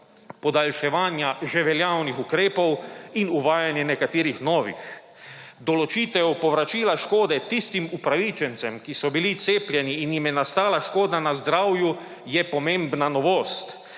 podaljševanja že veljavnih ukrepov in uvajanje nekaterih novih. Določitev povračila škode tistim upravičencev, ki so bili cepljeni in jim je nastala škoda na zdravju, je pomembna novost.